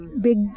big